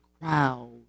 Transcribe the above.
crowd